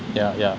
yeah yeah